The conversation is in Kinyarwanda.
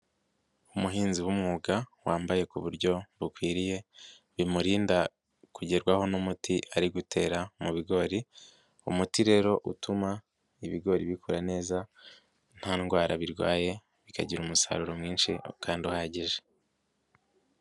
Umuhinzi w'umwuga wambaye ku buryo bukwiriye, bimurinda kugerwaho n'umuti ari gutera mu bigori, umuti rero utuma ibigori bikura neza, nta ndwara birwaye bikagira umusaruro mwinshi kandi uhagije.